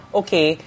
okay